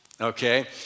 Okay